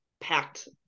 packed